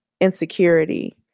insecurity